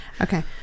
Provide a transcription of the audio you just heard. okay